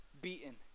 beaten